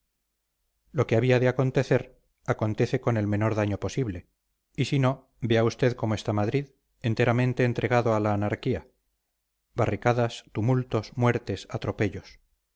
lo que había de acontecer acontece con el menor daño posible y si no vea usted cómo está madrid enteramente entregado a la anarquía barricadas tumultos muertes atropellos